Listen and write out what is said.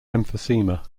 emphysema